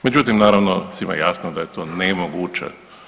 Međutim, naravno svima je jasno da je to nemoguće.